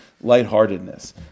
lightheartedness